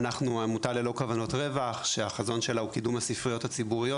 אנחנו עמותה ללא כוונות רווח שהחזון שלה הוא קידום הספריות הציבוריות.